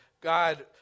God